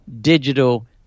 digital